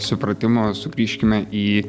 supratimo sugrįžkime į